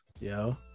yo